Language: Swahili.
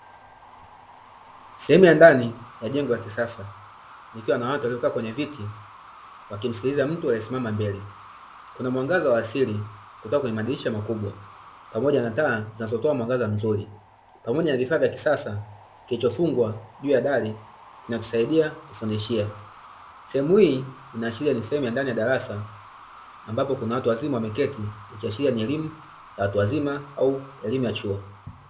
Sehemu ya ndani ya jengo la kisasa likiwa na watu waliokaa kwenye viti wakimsikiliza mtu aliyesimama mbele. Kuna mwangaza wa asili kutoka kwenye madirisha makubwa pamoja na taa zinazotoa mwangaza mzuri. Pamoja na kifaa cha kisasa kilichofungwa juu ya dari kinachosaidia kufundishia. Sehemu hii inaashiria ni sehemu ya ndani ya darasa ambapo kuna watu wazima wameketi ikiashiria ni elimu ya watu wazima au elimu ya chuo.